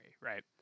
right